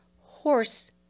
horse